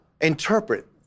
interpret